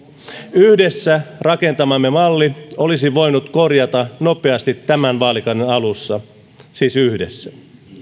yhdessä rakentamamme mallin olisi voinut korjata nopeasti tämän vaalikauden alussa siis yhdessä